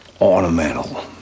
ornamental